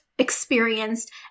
experienced